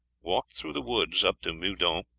walked through the woods up to meudon,